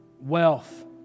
wealth